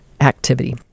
activity